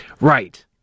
Right